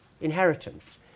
inheritance